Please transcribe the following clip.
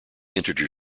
integer